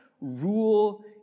rule